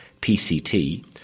PCT